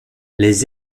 les